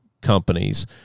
companies